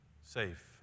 Safe